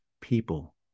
People